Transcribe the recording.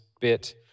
bit